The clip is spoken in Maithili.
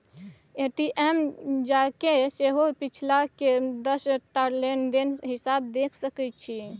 ए.टी.एम जाकए सेहो पिछलका दस टा लेन देनक हिसाब देखि सकैत छी